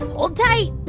hold tight